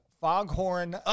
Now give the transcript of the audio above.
Foghorn